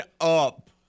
up